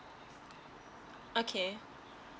okay